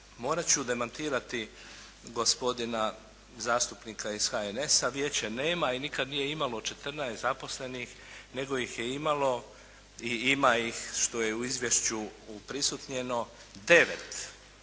morat ću demantirati gospodina zastupnika iz HNS-a, Vijeće nema i nije nikad imalo 14 zaposlenih, nego ih je imalo i ima ih, što je u izvješću uprisutnjeno